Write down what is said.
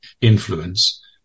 influence